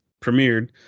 premiered